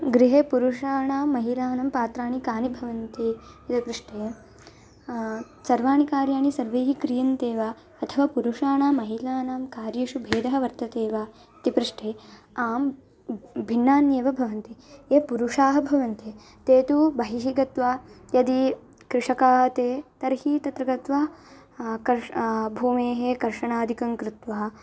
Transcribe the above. गृहे पुरुषाणां महिलानां पात्राणि कानि भवन्ति इति पृष्टे सर्वाणि कार्याणि सर्वैःक्रियन्ते वा अथवा पुरुषाणां महिलानां कार्येषु भेदः वर्तते वा इति पृष्टे आं भिन्येव भवन्ति ये पुरुषाः भवन्ति ते तु बहिःगत्वा यदि कृषकाः ते तर्हि तत्र गत्वा कर्ष भूमेः कर्षणादिकं कृत्वा